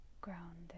Grounded